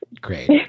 great